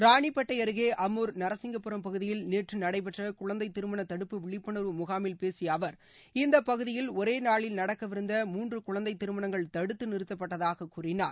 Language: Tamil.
ராணிப்பேட்டை அருகே அம்மூர் நரசிங்கபுரம் பகுதியில் நேற்று நடைபெற்ற குழந்தை திருமண தடுப்பு விழிப்புணா்வு முகாமில் பேசிய அவா் இந்த பகுதியில் ஒரே நாளில் நடக்கவிருந்த மூன்று குழந்தை திருமணங்கள் தடுத்து நிறுத்தப்பட்டதாக கூறினார்